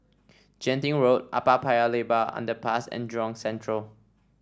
Genting Road Upper Paya Lebar Underpass and Jurong Central